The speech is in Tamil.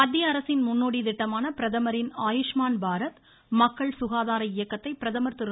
மத்திய அரசின் முன்னோடித் திட்டமான பிரதமரின் ஆயுஷ்மான் பாரத் மக்கள் சுகாதார இயக்கத்தை பிரதமர் திரு